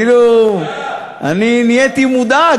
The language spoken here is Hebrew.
מזוזה, כאילו, אני נהייתי מודאג.